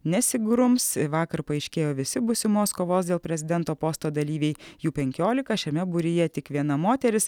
nesigrums vakar paaiškėjo visi būsimos kovos dėl prezidento posto dalyviai jų penkiolika šiame būryje tik viena moteris